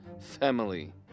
family